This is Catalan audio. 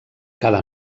cada